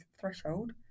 threshold